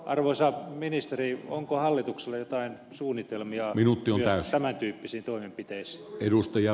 arvoisa ministeri onko hallituksella jotain suunnitelmia myös tämän tyyppisiin toimenpiteisiin